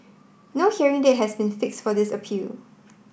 no hearing date has been fix for this appeal